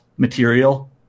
Material